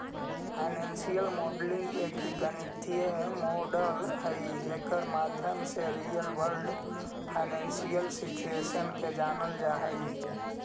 financial modelling एक गणितीय model हई जेकर माध्यम से रियल वर्ल्ड फाइनेंशियल सिचुएशन के जानल जा हई